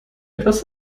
etwas